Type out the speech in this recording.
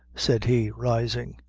said he rising,